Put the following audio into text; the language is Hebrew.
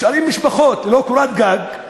משפחות נשארות ללא קורת גג,